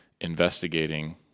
investigating